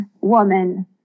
woman